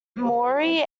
maori